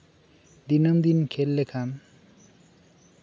ᱫᱤᱱᱟᱹᱢ ᱫᱤᱱ ᱠᱷᱮᱹᱞ ᱞᱮᱠᱷᱟᱱ